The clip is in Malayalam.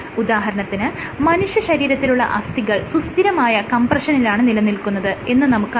ഉദാഹരണത്തിന് മനുഷ്യശരീരത്തിലുള്ള അസ്ഥികൾ സുസ്ഥിരമായ കംപ്രഷനിലാണ് നിലനിൽക്കുന്നത് എന്ന് നമുക്ക് അറിയാം